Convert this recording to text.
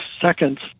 seconds